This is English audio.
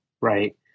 right